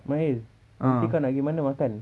mail nanti kau nak pergi mana makan